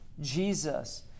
Jesus